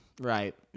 right